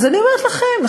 אז אני אומרת לכם.